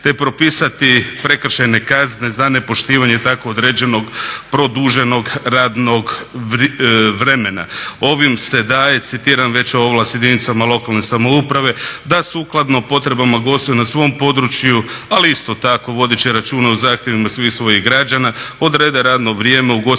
te propisati prekršajne kazne za nepoštivanje tako određenog produženog radnog vremena. Ovim se daje, citiram, veća ovlast jedinicama lokalne samouprave da sukladno potrebama gostiju na svom području ali isto tako vodeći računa o zahtjevima svih svojih građana odrede radno vrijeme ugostiteljskih